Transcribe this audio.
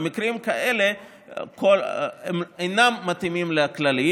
במקרים כאלה הם אינם מתאימים לכללים,